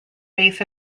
base